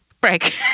Break